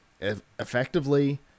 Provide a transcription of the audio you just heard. effectively